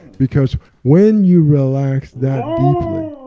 because when you relax that deeply,